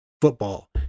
football